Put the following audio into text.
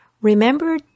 Remember